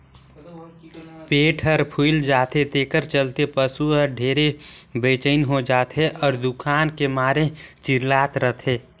पेट हर फूइल जाथे तेखर चलते पसू हर ढेरे बेचइन हो जाथे अउ दुखान के मारे चिल्लात रथे